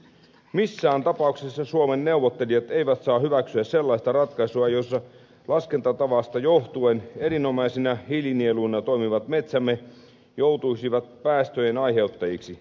missään tapauksessa suomen neuvottelijat eivät saa hyväksyä sellaista ratkaisua jossa laskentatavasta johtuen erinomaisina hiilinieluina toimivat metsämme joutuisivat päästöjen aiheuttajiksi